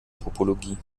topologie